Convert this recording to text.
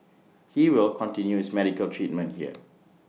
he will continue his medical treatment here